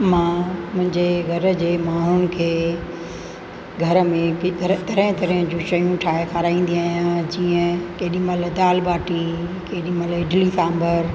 मां मुंहिंजे घर जे माण्हूनि खे घर में के तरह तरह जी शयूं ठाहे खाराईंदी आहियां जीअं केॾीमहिल दालि बाटी केॾीमहिल इडली सांभर